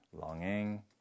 longing